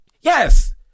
Yes